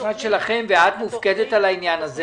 המשרד שלכם ואת מופקדת על העניין הזה